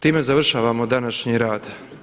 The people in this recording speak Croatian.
Time završavamo današnji rad.